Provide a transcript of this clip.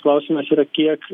klausimas yra kiek